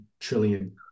trillion